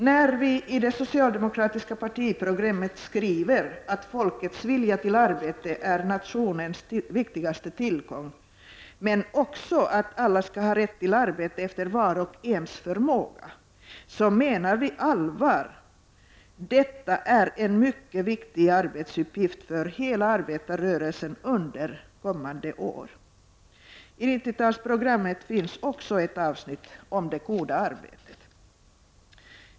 När vi i det socialdemokratiska partiprogrammet skriver att folkets vilja till arbete är nationens viktigaste tillgång, men också att alla skall ha rätt till arbete efter vars och ens förmåga, menar vi allvar, och detta är en mycket viktig arbetsuppgift för hela arbetarrörelsen under kommande år, Också i 90-talsprogrammet finns ett avsnitt om det goda arbetet.